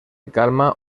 calma